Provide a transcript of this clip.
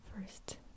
First